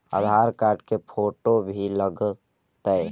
आधार card के photo भी लग तै?